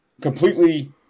Completely